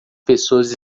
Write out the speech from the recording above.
pessoas